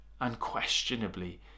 Unquestionably